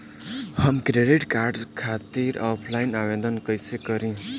हम credit card खातिर offline आवेदन कइसे करि?